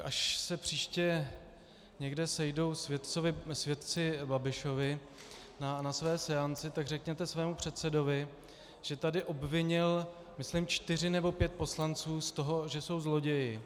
Až se příště někde sejdou svědci Babišovi na své seanci, tak řekněte svému předsedovi, že tady obvinil myslím čtyři nebo pět poslanců z toho, že jsou zloději.